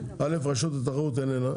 רשות התחרות איננה.